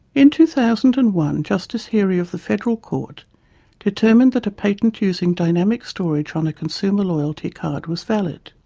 in two thousand and one justice heerey of the federal court determined that a patent using dynamic storage on a consumer loyalty card was valid.